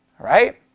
Right